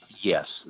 Yes